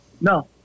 no